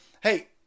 hey